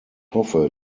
hoffe